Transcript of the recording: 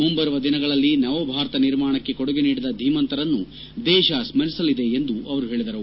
ಮುಂಬರುವ ದಿನಗಳಲ್ಲಿ ನವಭಾರತ ನಿರ್ಮಾಣಕ್ಕೆ ಕೊಡುಗೆ ನೀಡಿದ ಧೀಮಂತರನ್ನು ದೇಶ ಸ್ಪರಿಸಲಿದೆ ಎಂದು ಅವರು ಹೇಳಿದರು